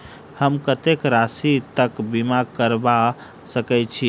हम कत्तेक राशि तकक बीमा करबा सकै छी?